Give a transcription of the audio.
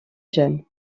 jeune